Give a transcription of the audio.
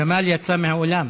ג'מאל יצא מהאולם.